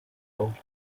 old